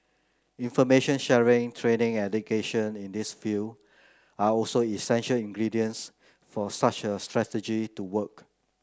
information sharing training education in this field are also essential ingredients for such a strategy to work